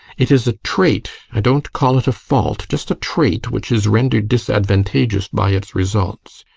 it is a trait i don't call it a fault just a trait, which is rendered disadvantageous by its results.